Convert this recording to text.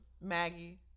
Maggie